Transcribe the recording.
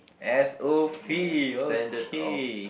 s_o_p okay